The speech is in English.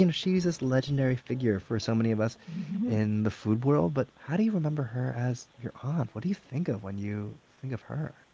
you know she's this legendary figure for so many of us in the food world, but how do you remember her as your aunt? what do you think of when you think of her?